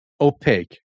opaque